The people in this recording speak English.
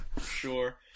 Sure